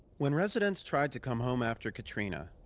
when residents tried to come home after katrina,